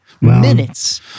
minutes